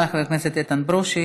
תודה רבה לחבר הכנסת איתן ברושי.